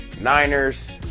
Niners